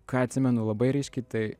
ką atsimenu labai ryškiai tai